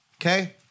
Okay